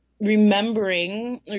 remembering